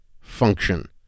function